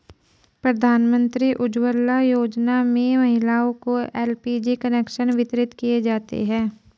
प्रधानमंत्री उज्ज्वला योजना में महिलाओं को एल.पी.जी कनेक्शन वितरित किये जाते है